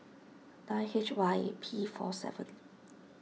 nine H Y A P four seven